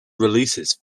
releases